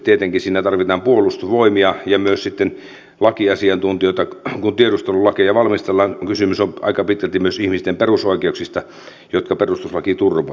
tietenkin siinä tarvitaan puolustusvoimia ja myös sitten lakiasiantuntijoita kun tiedustelulakeja valmistellaan kun kysymys on aika pitkälti myös ihmisten perusoikeuksista jotka perustuslaki turvaa